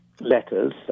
letters